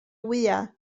wyau